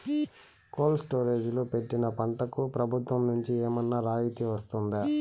Cold storage లో పెట్టిన పంటకు ప్రభుత్వం నుంచి ఏమన్నా రాయితీ వస్తుందా?